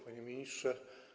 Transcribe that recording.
Panie Ministrze!